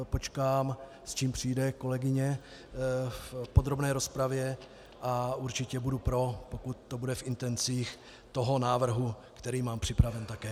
Počkám, s čím přijde kolegyně v podrobné rozpravě, a určitě budu pro, pokud to bude v intencích toho návrhu, který mám připravený také.